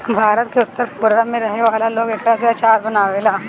भारत के उत्तर पूरब में रहे वाला लोग एकरा से अचार बनावेला